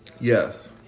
Yes